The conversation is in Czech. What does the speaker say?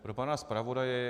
Pro pana zpravodaje.